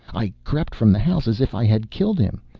i crept from the house as if i had killed him.